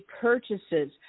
purchases